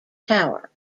tower